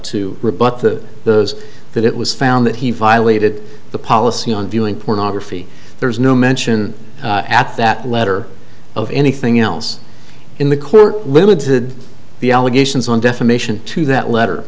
to rebut the those that it was found that he violated the policy on viewing pornography there is no mention at that letter of anything else in the court limited the allegations on defamation to that letter